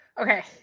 Okay